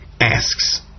asks